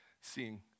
seeing